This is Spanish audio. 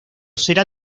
será